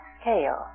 scale